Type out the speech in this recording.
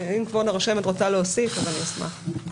אם כבוד הרשמת רוצה להוסיף, אשמח.